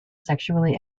sexually